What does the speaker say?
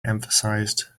emphasized